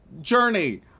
journey